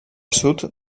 sud